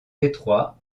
étroits